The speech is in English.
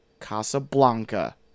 Casablanca